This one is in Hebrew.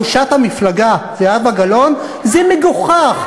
"ראשת המפלגה זהבה גלאון" זה מגוחך.